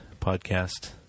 podcast